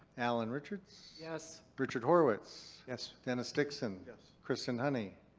allen richards. yes. richard horowitz. yes. dennis dixon. yes. kristen honey.